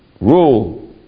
rule